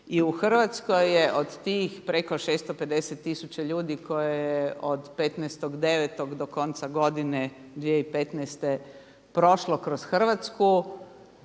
i u Hrvatskoj je od tih preko 650 tisuća ljudi koje je od 15.9. do konca godine 2015. prošlo kroz Hrvatsku,